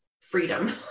freedom